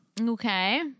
Okay